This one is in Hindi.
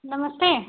नमस्ते